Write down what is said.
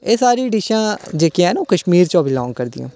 एह् सारियां डिशां जेह्कियां ओह् कश्मीर चा बिलांग करदियां